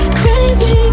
crazy